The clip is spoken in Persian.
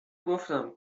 گفتم